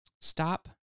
stop